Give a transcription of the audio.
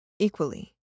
Equally